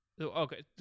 Okay